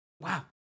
wow